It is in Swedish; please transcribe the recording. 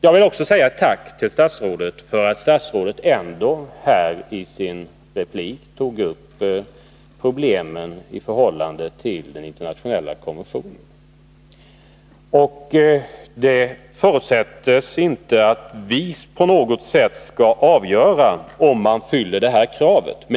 Jag vill också säga ett tack till statsrådet för att statsrådet i sin replik tog upp problemen i förhållande till den internationella konventionen. Det förutsätts inte att vi på något sätt skall avgöra om det aktuella kravet är uppfyllt.